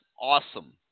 awesome